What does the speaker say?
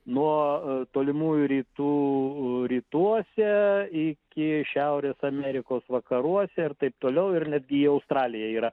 nuo tolimųjų rytų rytuose iki šiaurės amerikos vakaruose ir taip toliau ir netgi į australiją yra